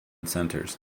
centers